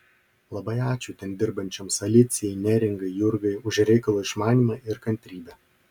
labai ačiū ten dirbančioms alicijai neringai jurgai už reikalo išmanymą ir kantrybę